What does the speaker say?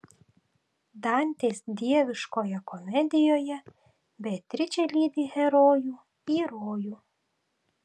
dantės dieviškoje komedijoje beatričė lydi herojų į rojų